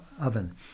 oven